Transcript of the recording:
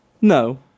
No